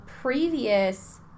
previous